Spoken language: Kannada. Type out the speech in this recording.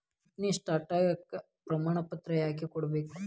ಕಂಪನಿ ಸ್ಟಾಕ್ ಪ್ರಮಾಣಪತ್ರ ಯಾಕ ಕೊಡ್ಬೇಕ್